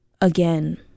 again